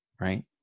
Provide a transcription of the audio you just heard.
Right